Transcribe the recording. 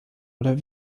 oder